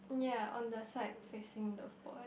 ya on the side facing the boy